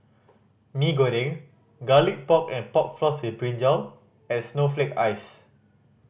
Mee Goreng Garlic Pork and Pork Floss with brinjal and snowflake ice